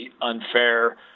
unfair